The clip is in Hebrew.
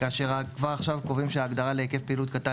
כאשר כבר עכשיו קובעים שההגדרה להיקף פעילות קטן